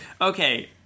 Okay